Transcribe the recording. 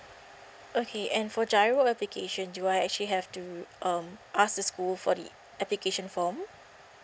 okay and for giro application do I actually have to um ask the school for the application form